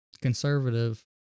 conservative